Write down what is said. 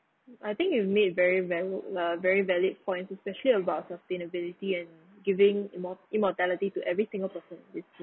I think you made very valid uh very valid points especially about sustainability and giving immo~ immortality to every single person